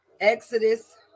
Exodus